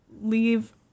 leave